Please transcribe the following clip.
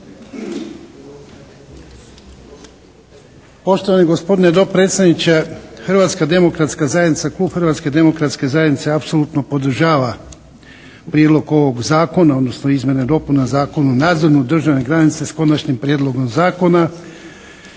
Poštovani gospodine dopredsjedniče Hrvatska demokratska zajednica, klub Hrvatske demokratske zajednice apsolutno podržava prijedlog ovog zakona, odnosno izmjene i dopune Zakona o nadzoru državne granice sa Konačnim prijedlogom zakona